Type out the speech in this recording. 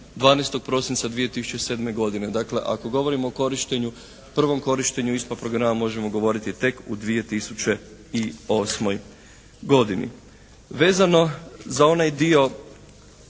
12. prosinca 2007. godine. Dakle, ako govorimo o korištenju, prvom korištenju ISPA programa možemo govoriti tek u 2008. godini. Vezano za onaj dio